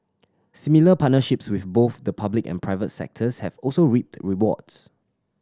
similar partnerships with both the public and private sectors have also reaped rewards